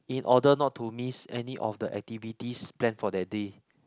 in order not to miss any of the activities planned for that day